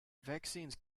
vaccines